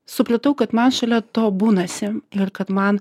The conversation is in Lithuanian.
supratau kad man šalia to būnasi ir kad man